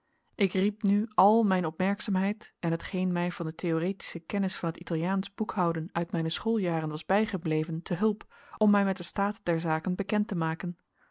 ik riep nu al mijn opmerkzaamheid en hetgeen mij van de theoretische kennis van het italiaansch boekhouden uit mijne schooljaren was bijgebleven te hulp om mij met den staat der zaken bekend te maken